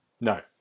No